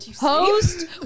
host